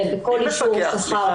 ובכל אישור שכר,